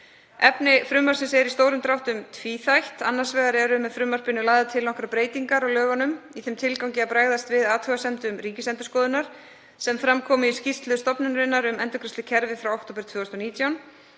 Efni frumvarpsins er í stórum dráttum tvíþætt. Annars vegar eru með frumvarpinu lagðar til nokkrar breytingar á lögunum í þeim tilgangi að bregðast við athugasemdum Ríkisendurskoðunar sem fram komu í skýrslu stofnunarinnar um endurgreiðslukerfi frá október 2019.